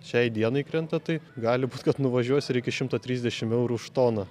šiai dienai krenta tai gali būt kad nuvažiuos ir iki šimto trisdešim eurų už toną